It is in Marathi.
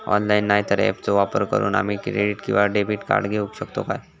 ऑनलाइन नाय तर ऍपचो वापर करून आम्ही क्रेडिट नाय तर डेबिट कार्ड घेऊ शकतो का?